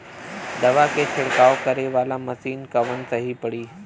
दवा के छिड़काव करे वाला मशीन कवन सही पड़ी?